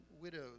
widows